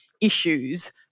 issues